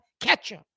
ketchup